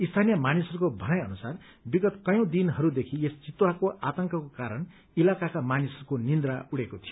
स्थानीय मानिसहरूको भनाई अनुसार विगत कयौं दिनहरूदेखि यस चितुवाको आतंकको कारण इलाकाका मानिसहरूको नीद उड़ेको थियो